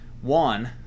one